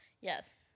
Yes